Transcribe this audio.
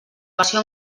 versió